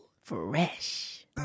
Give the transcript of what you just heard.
Fresh